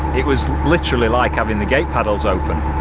it was literally like having the gate paddles open.